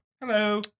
Hello